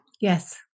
Yes